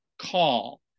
call